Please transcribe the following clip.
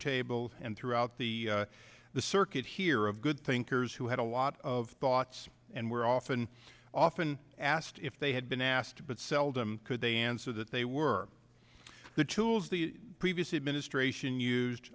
table and throughout the the circuit here of good thinkers who had a lot of thoughts and were often often asked if they had been asked but seldom could they answer that they were the tools the previous administration used